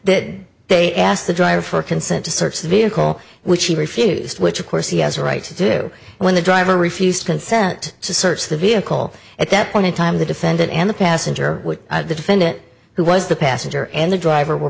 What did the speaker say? that they asked the driver for consent to search the vehicle which he refused which of course he has a right to do when the driver refused consent to search the vehicle at that point in time the defendant and the passenger with the defendant who was the passenger and the driver w